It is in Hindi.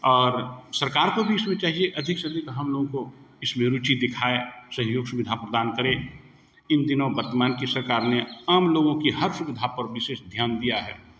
और सरकार को भी इसमें चाहिए की अधिक से अधिक हम लोगों को इसमें रुचि दिखाएँ सहयोग सुविधा प्रदान करें इन दिनों वर्तमान की सरकार ने आम लोगों की हर सुविधा पर विशेष ध्यान दिया है